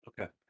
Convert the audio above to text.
Okay